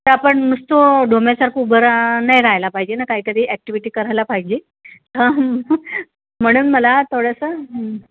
तर आपण नुसतो डोम्यासारखं उभं राहा नाही राहायला पाहिजे ना काहीतरी ॲक्टिव्हिटी करायला पाहिजे म्हणून मला थोडंसं